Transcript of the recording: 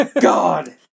God